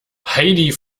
heidi